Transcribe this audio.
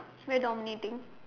where you dominating